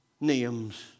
names